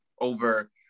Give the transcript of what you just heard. over